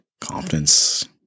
confidence